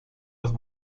las